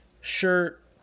shirt